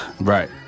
Right